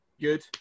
Good